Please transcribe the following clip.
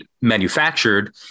manufactured